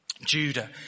Judah